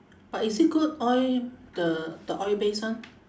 but is it good oil the oil based one